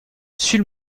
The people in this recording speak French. sul